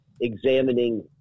examining